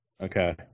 Okay